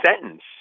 sentence